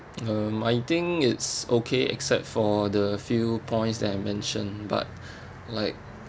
um I think it's okay except for the few points that I mention but like